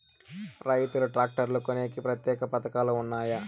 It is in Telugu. రైతులు ట్రాక్టర్లు కొనేకి ప్రత్యేక పథకాలు ఉన్నాయా?